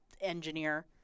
engineer